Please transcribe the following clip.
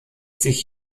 sich